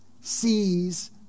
sees